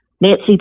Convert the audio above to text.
Nancy